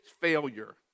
failure